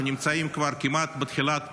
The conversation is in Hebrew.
אנחנו נמצאים כבר כמעט בתחילת פברואר,